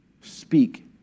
speak